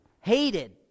hated